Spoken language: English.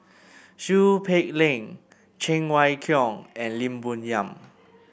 Seow Peck Leng Cheng Wai Keung and Lim Bo Yam